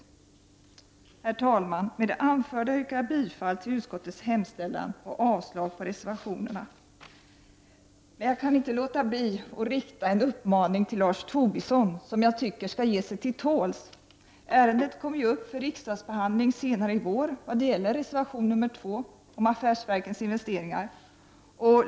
Herr talman! Med det anförda yrkar jag bifall till utskottets hemställan och avslag på reservationerna. Jag kan inte låta bli att rikta en uppmaning till Lars Tobisson. Jag tycker han skall ge sig till tåls. Ärendet kommer senare i vår upp till riksdagsbehandling vad gäller reservation 2 om affärsverkens investeringar.